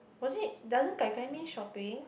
was it doesn't gai gai mean shopping